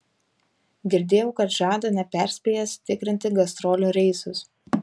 girdėjau kad žada neperspėjęs tikrinti gastrolių reisus